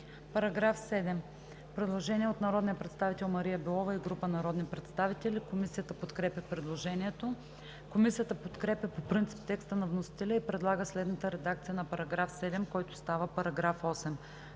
направено предложение от народния представител Мария Белова и група народни представители. Комисията подкрепя предложението. Комисията подкрепя по принцип текста на вносителя и предлага следната редакция на § 6, който става § 7: „§ 7.